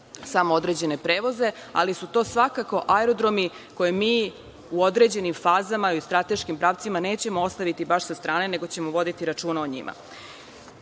samo za određene prevoze, ali su to svakako aerodromi koje mi u određenim fazama i u strateškim pravcima nećemo ostaviti baš sa strane, nego ćemo voditi računa o